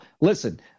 listen